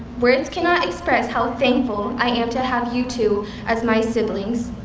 words cannot express how thankful i am to have you two as my siblings.